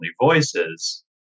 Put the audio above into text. voices